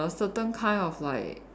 a certain kind of like